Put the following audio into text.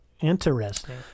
interesting